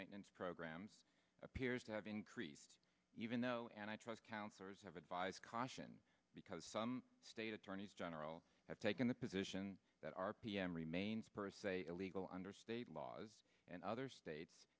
maintenance programs appears to have increased even though and i trust counselors have advise caution because some state attorneys general have taken the position that r p m remains per se illegal under state laws and other states